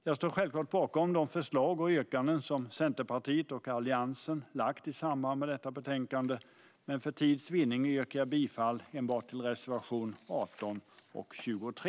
Jag står självklart bakom de förslag och yrkanden som Centerpartiet och Alliansen har lagt fram i samband med detta betänkande, men för tids vinnande yrkar jag bifall enbart till reservationerna 18 och 23.